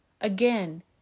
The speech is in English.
Again